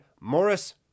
Morris